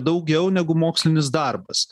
daugiau negu mokslinis darbas